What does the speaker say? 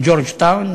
מג'ורג'טאון,